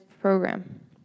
program